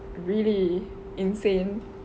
really insane